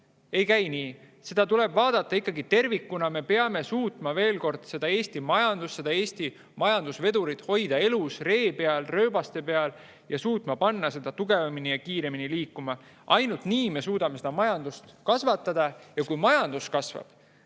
ei käi nii, seda tuleb vaadata tervikuna. Me peame suutma veel kord Eesti majandust, Eesti majandusvedurit hoida elus, ree peal, rööbaste peal. Me peame suutma panna seda tugevamini ja kiiremini liikuma. Ainult nii me suudame majandust kasvatada. Kui majandus kasvab,